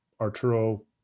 arturo